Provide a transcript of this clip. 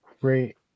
great